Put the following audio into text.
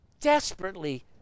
desperately